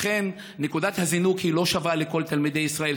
לכן נקודת הזינוק היא לא שווה לכל תלמידי ישראל.